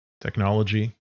technology